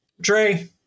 Dre